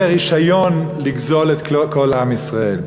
זה רישיון לגזול את כל עם ישראל.